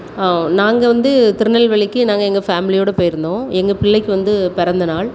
நாங்கள் வந்து திருநெல்வேலிக்கு நாங்கள் எங்கள் ஃபேமிலியோடு போயிருந்தோம் எங்கள் பிள்ளைக்கு வந்து பிறந்தநாள்